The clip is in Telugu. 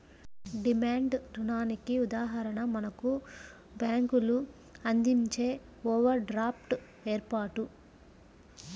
డిమాండ్ రుణానికి ఉదాహరణ మనకు బ్యేంకులు అందించే ఓవర్ డ్రాఫ్ట్ ఏర్పాటు